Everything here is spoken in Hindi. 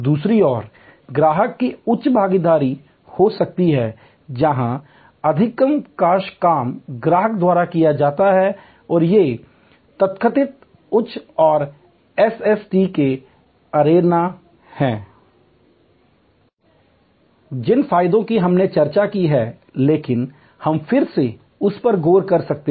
दूसरी ओर ग्राहक की उच्च भागीदारी हो सकती है जहां अधिकांश काम ग्राहक द्वारा किया जाएगा और ये तथाकथित उच्च और एसएसटी के एरेना हैं जिन फायदों की हमने चर्चा की है लेकिन हम फिर से उस पर गौर कर सकते हैं